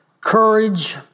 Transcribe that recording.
courage